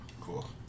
Cool